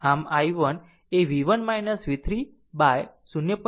આમ i1 એ v1 v3 by 0